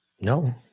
No